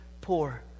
poor